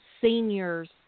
seniors